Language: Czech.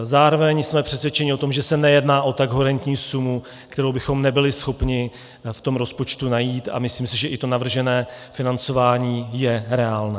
Zároveň jsme přesvědčeni o tom, že se nejedná o tak horentní sumu, kterou bychom nebyli schopni v tom rozpočtu najít, a myslím si, že i to navržené financování je reálné.